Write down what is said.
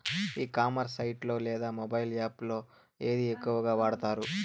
ఈ commerce site లో లేదా మొబైల్ యాప్ లో ఏది ఎక్కువగా వాడుతారు?